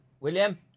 William